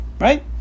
right